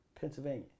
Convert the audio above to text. Pennsylvania